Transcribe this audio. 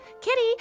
Kitty